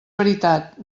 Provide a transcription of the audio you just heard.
veritat